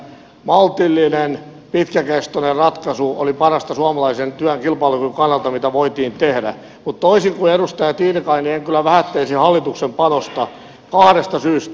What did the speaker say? maltillinen pitkäkestoinen ratkaisu oli parasta mitä voitiin tehdä suomalaisen työn kilpailukyvyn kannalta mutta toisin kuin edustaja tiilikainen en kyllä vähättelisi hallituksen panosta kahdesta syystä